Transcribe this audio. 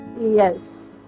Yes